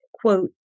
quote